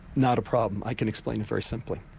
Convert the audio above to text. not a problem, i can explain it very simply.